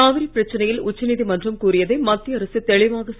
காவிரி பிரச்சனையில் உச்சநீதிமன்றம் கூறியதை மத்திய அரசு தெளிவாகச்